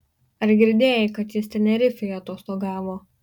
ar girdėjai kad jis tenerifėj atostogavo